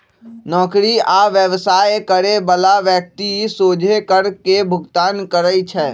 नौकरी आ व्यवसाय करे बला व्यक्ति सोझे कर के भुगतान करइ छै